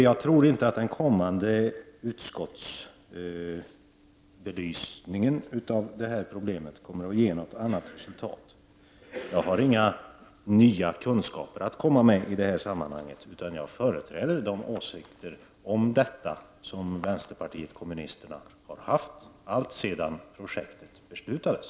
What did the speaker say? Jag tror inte att den kommande utskottsbelysningen av detta problem kommer att ge något annat resultat. Jag har inga nya kunskaper att komma med i detta sammanhang. Jag företräder de åsikter om detta som vpk har haft alltsedan projektet beslutades.